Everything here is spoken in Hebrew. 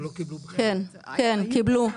כן, קיבלו.